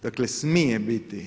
Dakle smije biti.